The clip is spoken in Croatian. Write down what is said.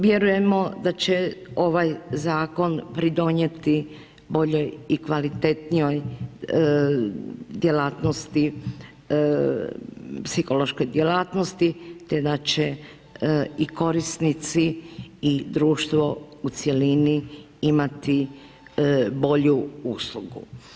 Vjerujemo da će ovaj zakon pridonijeti boljoj i kvalitetnijoj djelatnosti, psihološkoj djelatnosti te da će i korisnici i društvo u cjelini imati bolju uslugu.